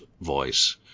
voice